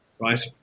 right